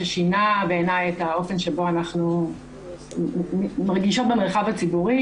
ששינה בעיניי את האופן שבו אנחנו מרגישות במרחב הציבורי.